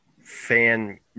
fan